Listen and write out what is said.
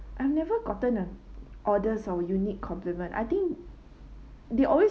I've never gotten a oddest or unique compliment I think they always